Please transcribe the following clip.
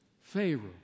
Pharaoh